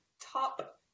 top